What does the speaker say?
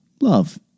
love